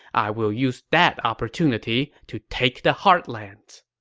i will use that opportunity to take the heartlands.